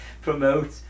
promote